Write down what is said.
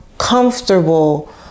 comfortable